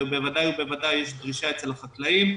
ובוודאי יש דרישה אצל החקלאים.